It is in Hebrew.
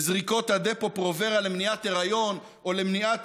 וזריקות הדפו פרוברה למניעת היריון או למניעת